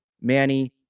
Manny